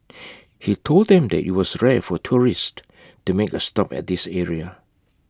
he told them that IT was rare for tourists to make A stop at this area